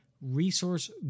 resource